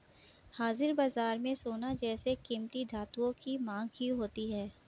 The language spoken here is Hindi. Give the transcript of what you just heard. हाजिर बाजार में सोना जैसे कीमती धातुओं की मांग क्यों होती है